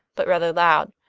but rather loud.